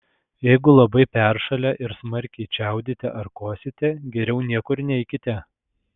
jeigu labai peršalę ir smarkiai čiaudite ar kosite geriau niekur neikite